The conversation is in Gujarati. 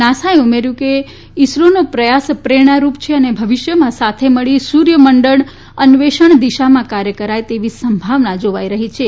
નાસાઓ ઉમેર્યું કે ઇસરીનો પ્રયાસ પ્રેરણારૂપ છે અને ભવિષ્યમાં સાથે મળીને સૂર્ય મંડળ અનવેષણ દિશામાં કાર્ય કરાય તેવી સંભાવના જાવાઇ રહી છે